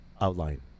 outline